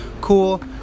cool